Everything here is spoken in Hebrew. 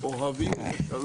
לגבי חומר שנמצא